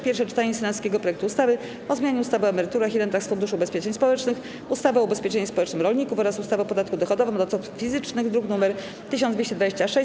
Pierwsze czytanie senackiego projektu ustawy o zmianie ustawy o emeryturach i rentach z Funduszu Ubezpieczeń Społecznych, ustawy o ubezpieczeniu społecznym rolników oraz ustawy o podatku dochodowym od osób fizycznych, druk nr 1226,